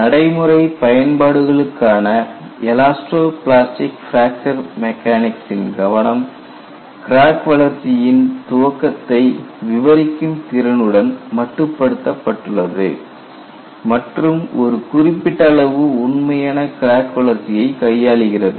நடைமுறை பயன்பாடுகளுக்கான elasto plastic fracture மெக்கானிக் சின் கவனம் கிராக் வளர்ச்சியின் துவக்கத்தை விவரிக்கும் திறனுடன் மட்டுப்படுத்தப்பட்டுள்ளது மற்றும் ஒரு குறிப்பிட்ட அளவு உண்மையான கிராக் வளர்ச்சியைக் கையாளுகிறது